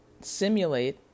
simulate